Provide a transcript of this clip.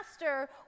master